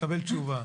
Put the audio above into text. קבל תשובה.